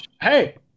Hey